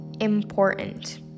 important